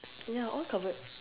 ya all covered